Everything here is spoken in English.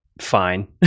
fine